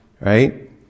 right